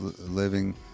living